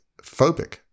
phobic